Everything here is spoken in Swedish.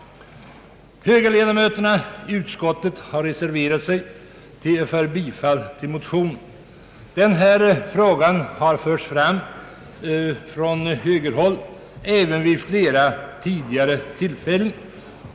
Högerledamöterna i utskottet har reserverat sig för bifall till motionen. Denna fråga har förts fram från högerhåll även vid flera tidigare tillfällen.